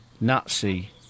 Nazi